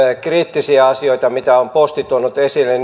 kriittisiä asioita mitä on posti tuonut esille